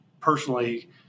personally